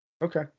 Okay